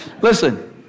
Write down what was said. Listen